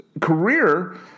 career